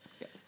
Yes